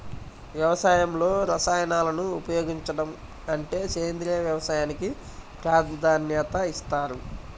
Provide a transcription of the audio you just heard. వ్యవసాయంలో రసాయనాలను ఉపయోగించడం కంటే సేంద్రియ వ్యవసాయానికి ప్రాధాన్యత ఇస్తారు